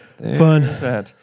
Fun